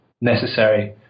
necessary